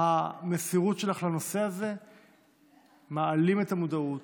המסירות שלך לנושא הזה מעלים את המודעות,